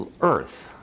earth